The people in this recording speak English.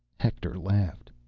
hector laughed.